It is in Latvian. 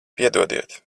piedodiet